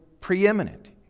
preeminent